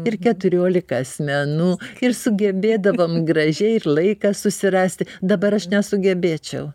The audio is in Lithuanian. ir keturiolika asmenų ir sugebėdavom gražiai ir laiką susirasti dabar aš nesugebėčiau